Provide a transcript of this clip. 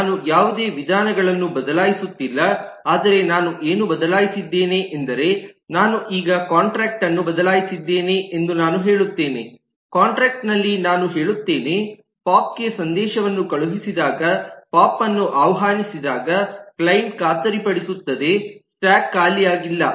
ನಾನು ಯಾವುದೇ ವಿಧಾನಗಳನ್ನು ಬದಲಾಯಿಸುತ್ತಿಲ್ಲ ಆದರೆ ನಾನು ಏನು ಬದಲಾಯಿಸಿದ್ದೇನೆಂದರೆ ನಾನು ಈಗ ಕಾಂಟ್ರಾಕ್ಟ್ ಅನ್ನು ಬದಲಾಯಿಸಿದ್ದೇನೆ ಎಂದು ನಾನು ಹೇಳುತ್ತೇನೆ ಕಾಂಟ್ರಾಕ್ಟ್ ನಲ್ಲಿ ನಾನು ಹೇಳುತ್ತೇನೆ ಪೋಪ್ ಗೆ ಸಂದೇಶವನ್ನು ಕಳುಹಿಸಿದಾಗ ಪೋಪ್ ಅನ್ನು ಆಹ್ವಾನಿಸಿದಾಗ ಕ್ಲೈಂಟ್ ಖಾತರಿಪಡಿಸುತ್ತದೆ ಸ್ಟಾಕ್ ಖಾಲಿಯಾಗಿಲ್ಲ